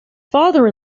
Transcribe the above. father